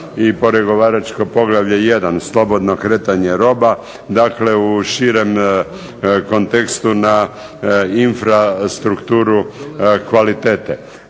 i pregovaračko poglavlje 1. slobodno kretanje roba. Dakle u širem kontekstu na infrastrukturu kvalitete.